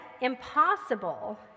impossible